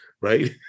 right